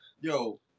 Yo